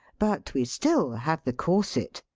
but we still have the corset,